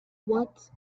what